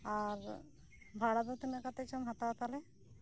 ᱟᱨ ᱵᱷᱟᱲᱟᱫᱚ ᱛᱤᱱᱟᱹᱜ ᱠᱟᱛᱮᱫ ᱪᱚᱢ ᱦᱟᱛᱟᱣ ᱮᱫᱟ ᱛᱟᱞᱮ